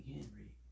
Henry